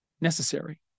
necessary